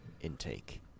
intake